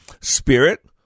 Spirit